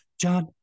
John